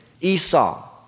Esau